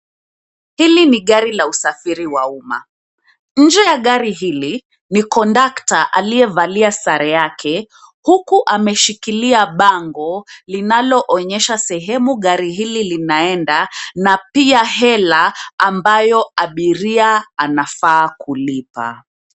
Hili ni gari la usafiri wa umma. Nje ya gari hili ni kondakta aliyevalia sare yake huku ameshikilia bango, linaloonyesha sehemu gari hili linaenda na pia hela ambayo abiria anafaa kulipa.